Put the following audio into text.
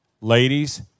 Ladies